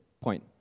Point